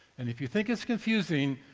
and if you think it's confusing,